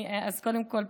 אז קודם כול,